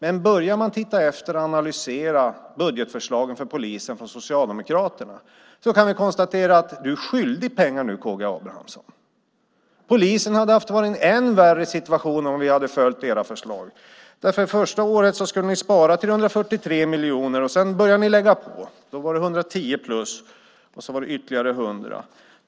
Om vi analyserar Socialdemokraternas budgetförslag för polisen kan vi konstatera att du nu är skyldig pengar, K G Abramsson. Polisen hade varit i en än värre situation om vi hade följt era förslag. Det första året skulle ni nämligen spara 343 miljoner, och sedan började ni lägga till. Det blev 110 plus och därefter ytterligare 100.